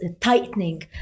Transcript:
tightening